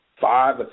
five